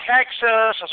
Texas